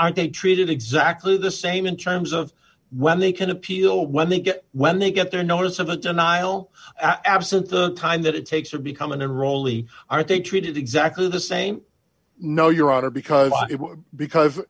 aren't they treated exactly the same in terms of when they can appeal when they get when they get their notice of a denial absent the time that it takes to become an enrollee are they treated exactly the same no your honor because because